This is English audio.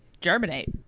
germinate